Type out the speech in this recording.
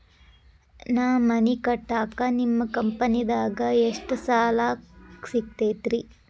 ನಾ ಮನಿ ಕಟ್ಟಾಕ ನಿಮ್ಮ ಕಂಪನಿದಾಗ ಎಷ್ಟ ಸಾಲ ಸಿಗತೈತ್ರಿ?